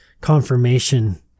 confirmation